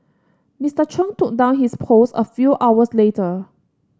Mister Chung took down his post a few hours later